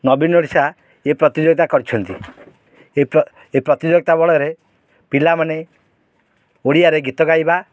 ନବୀନ ଓଡ଼ିଶା ଏ ପ୍ରତିଯୋଗିତା କରିଛନ୍ତି ଏ ପ୍ରତିଯୋଗିତା ବଳରେ ପିଲାମାନେ ଓଡ଼ିଆରେ ଗୀତ ଗାଇବା